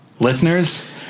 Listeners